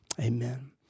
Amen